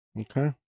Okay